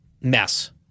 mess